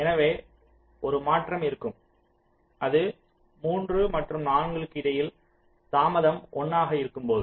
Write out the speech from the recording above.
எனவே ஒரு மாற்றம் இருக்கும் அது 3 மற்றும் 4 க்கு இடையில் தாமதம் 1 ஆக இருக்கும் போது